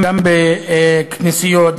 גם בכנסיות,